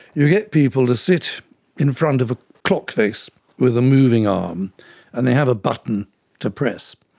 you get people to sit in front of a clock face with a moving arm and they have a button to press.